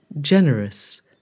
generous